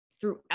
throughout